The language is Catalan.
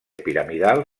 piramidal